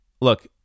Look